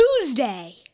Tuesday